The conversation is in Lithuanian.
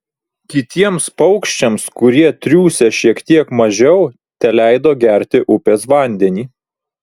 kitiems paukščiams kurie triūsę šiek tiek mažiau teleido gerti upės vandenį